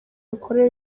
imikorere